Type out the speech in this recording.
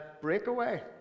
breakaway